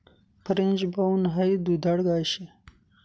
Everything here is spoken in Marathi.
फ्रेंच ब्राउन हाई दुधाळ गाय शे